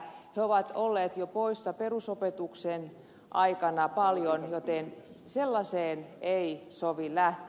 he ovat olleet poissa jo perusopetuksen aikana paljon joten sellaiseen ei sovi lähteä